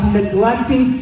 neglecting